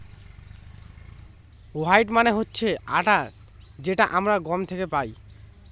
wheat মানে হচ্ছে আটা যেটা আমরা গম থেকে পাই